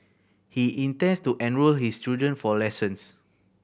he intends to enrol his children for lessons